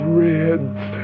reds